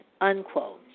unquote